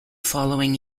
following